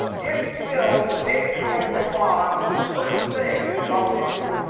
it will make a chemical bond with the first thing that it bumps into.